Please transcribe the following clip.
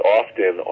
often